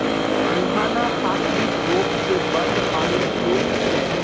मुहाना पार्श्विक र्रोप से बंद पानीर श्रोत छे